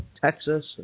Texas